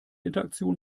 interaktion